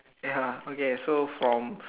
ya okay so from